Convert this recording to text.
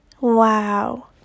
Wow